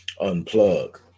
unplug